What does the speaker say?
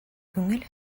күңел